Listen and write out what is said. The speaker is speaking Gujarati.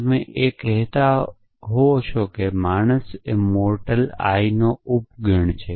તમે એ જ કહેતા જોઈ શકો છો કે માણસ મોરટલ i નો ઉપગણ છે